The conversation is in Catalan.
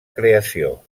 creació